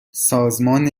سازمان